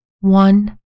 one